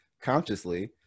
consciously